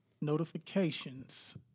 notifications